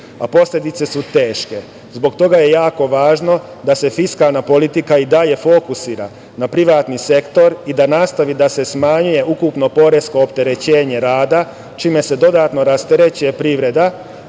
a posledice su teške. Zbog toga je jako važno da se fiskalna politika i dalje fokusira na privatni sektor i da nastavi da se smanjuju ukupno poresko opterećenje rada, čime se dodatno rasterećuje privreda,